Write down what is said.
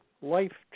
life